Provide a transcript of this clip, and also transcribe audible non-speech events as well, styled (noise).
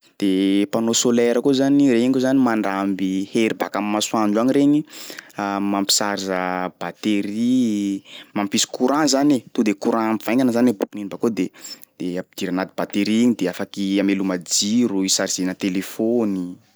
De panneau solaire koa zany, regny koa zany mandramby hery baka am'masoandro agny regny, (hesitation) mampicharge (hesitation) batterie, mampisy courant zany e to de courant mivaingana zany aboakin'igny bakao de de ampidiry anaty batterie igny de afaky ameloma jiro, ichargena telefôny.